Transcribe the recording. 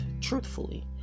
truthfully